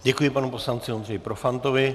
Děkuji panu poslanci Ondřeji Profantovi.